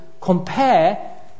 compare